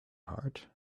heart